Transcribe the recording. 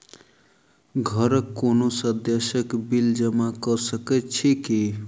घरक कोनो सदस्यक बिल जमा कऽ सकैत छी की?